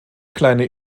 kleine